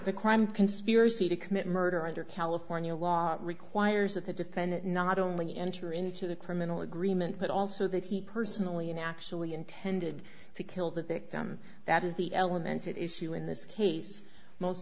the crime conspiracy to commit murder under california law requires that the defendant not only enter into the criminal agreement but also that he personally and actually intended to kill the victim that is the element of issue in this case most